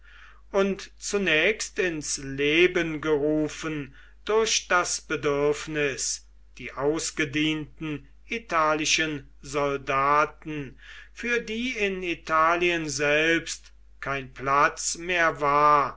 und zunächst ins leben gerufen durch das bedürfnis die ausgedienten italischen soldaten für die in italien selbst kein platz mehr war